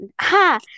Ha